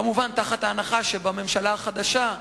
כמובן בהנחה שבממשלה החדשה,